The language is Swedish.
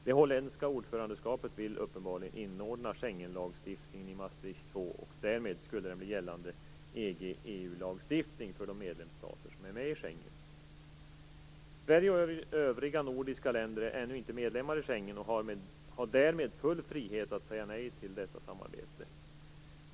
Det holländska ordförandeskapet vill uppenbarligen inordna Schengenlagstiftningen i Maastricht 2, och därmed skulle den bli gällande EG/EU lagstiftning för de medlemsstater som är med i Sverige och övriga nordiska länder är ännu inte medlemmar i Schengen och har därmed full frihet att säga nej till detta samarbete.